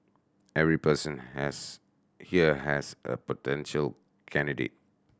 every person has here has a potential candidate